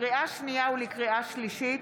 לקריאה שנייה ולקריאה שלישית,